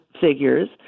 figures